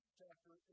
chapter